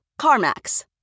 CarMax